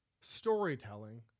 storytelling